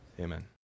amen